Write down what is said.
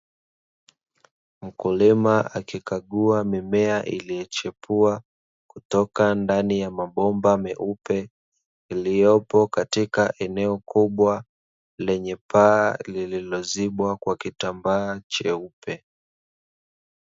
Mkulima akikagua mimea iliyochepua kutoka ndani ya mabomba meupe, iliyopo katika eneo kubwa lenye paa lililozibwa kwa kitambaa cheupe.